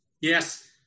Yes